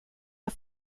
har